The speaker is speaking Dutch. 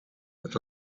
met